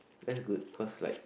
that's good cause like